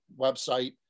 website